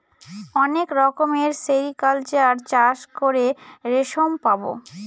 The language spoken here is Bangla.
অনেক রকমের সেরিকালচার চাষ করে রেশম পাবো